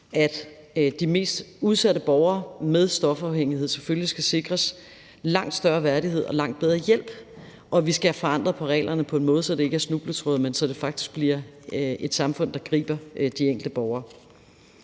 at de mest udsatte borgere med stofafhængighed selvfølgelig skal sikres langt større værdighed og langt bedre hjælp, og at vi skal have forandret reglerne på en måde, så der ikke er snubletråde, men så det faktisk bliver et samfund, der griber de enkelte borgere.